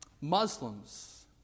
Muslims